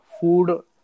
food